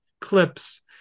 clips